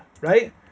right